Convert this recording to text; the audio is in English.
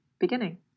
Beginning